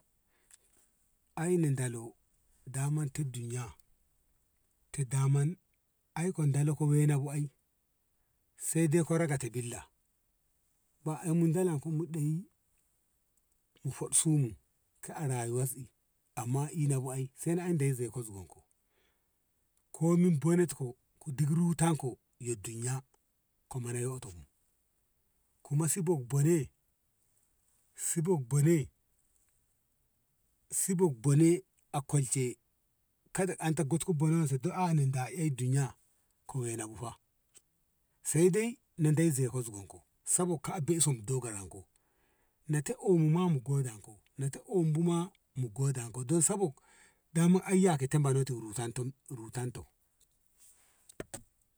Aina dalo daman tid duniyya te daman aiko dala wena bu ai sedaiko rakata billa ba a mu dalan ko mudai mu fodsu mu ka A rayuwas i amma a in abu ai sai an deyyi zoiko zugon ku komin banat ko du rutan ko yad duniyya ko mora yoto bu kuma sibob bone sibob bone sibob bone a kwalce kada anto gotko bonansu do eno da enduniya ko wena bu fa sei dei na dei zoiko zugan ko sabok ka be dogaran ko nate ona mu ma mu gadan ko nate ona bu ma mu godan ko don sabok daman ayya ka te munan ko rutan rutan to.